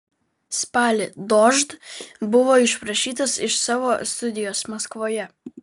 spalį dožd buvo išprašytas iš savo studijos maskvoje